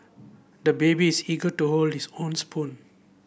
the baby is eager to hold his own spoon